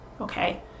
Okay